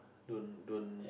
don't don't